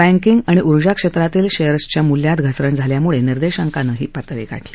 banking ऊर्जा क्षेत्रातील शेअर्सच्या म्ल्यात घसरण झाल्याम्ळे निर्देशांकानं ही पातळी गाठली